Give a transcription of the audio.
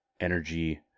energy